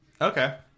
Okay